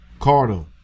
Cardo